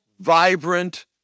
vibrant